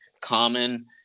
common